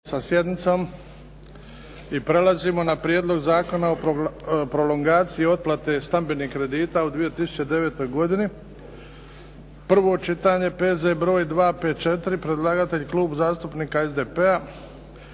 sa sjednicom i prelazimo na - Prijedlog zakona o prolongaciji otplate stambenih kredita u 2009. godini, prvo čitanje, P.Z. br. 254 Predlagatelj: Klub zastupnika SDP-a